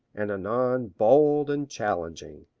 and anon bold and challenging.